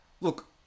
look